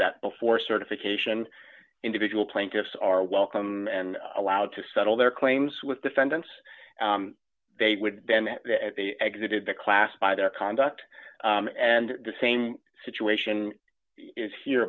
that before certification individual plaintiffs are welcome and allowed to settle their claims with defendants they would then they exited the class by their conduct and the same situation is here